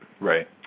Right